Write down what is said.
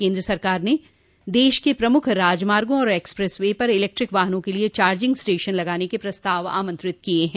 केन्द्र सरकार ने देश के प्रमुख राजमार्गों और एक्सप्रेस वे पर इलेक्ट्रिक वाहनों के लिए चार्जिंग स्टेशन लगाने के प्रस्ताव आमंत्रित किए हैं